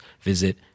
visit